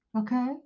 Okay